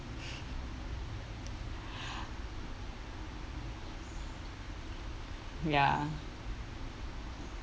ya